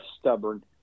stubborn